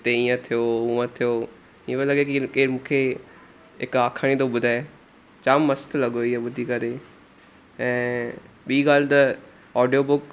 हिते हीअं थियो हुंअ थियो हीअं पियो लॻे की केरु मूंखे हिकु आखाणी थो ॿुधाए जामु मस्तु लॻो हीअं ॿुधी करे ऐं ॿी ॻाल्हि त ऑडियो बुक